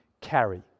carry